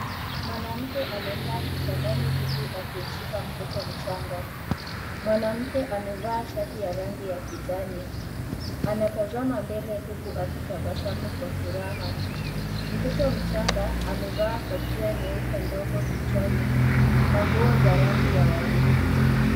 Mwanamke amekaa kitandani huku akimshika mtoto mchanga. Mwanamke amevaa shati ya rangi ya kijani, anatazama mbele huku akitabasamu kwa furaha. Mtoto mchanga amevaa kofia nyeupe ndogo kichwani na nguo za rangi ya waridi.